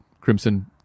Crimson